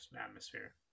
atmosphere